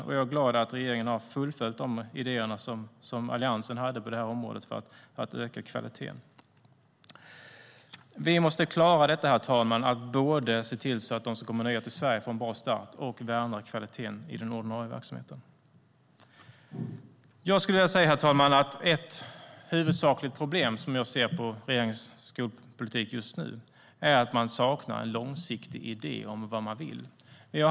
Därför gläder det mig att regeringen fullföljer de idéer som Alliansen hade på detta område för att öka kvaliteten. Vi måste se till att de som kommer nya till Sverige får en bra start samtidigt som vi värnar kvaliteten i den ordinarie verksamheten. Herr talman! Ett huvudsakligt problem i regeringens skolpolitik är att man saknar en långsiktig idé om vad man vill.